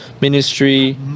ministry